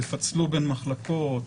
תפצלו בין מחלקות,